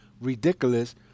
ridiculous